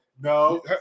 no